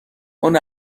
اون